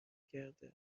کرده